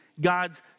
God's